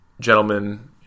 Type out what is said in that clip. gentlemen